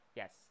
Yes